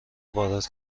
وارد